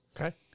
Okay